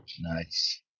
Nice